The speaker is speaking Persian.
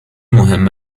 مهم